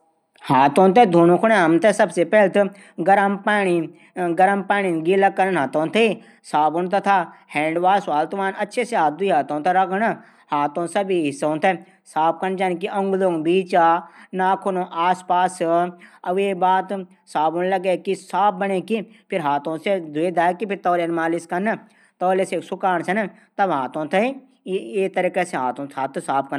हाथों थै धूणू कुनै सबसे पैली गर्म पाणी से हथ धूणन। फिर साबुन या हैडवॉस हुवालू फिर हाथों थै अच्छे से रगडना। उंगलियों के बीच। रगडना है। नाखूनो आस पास। वेक बाद साबुन लगै की आस पास। अचछू से ध्वे दीण।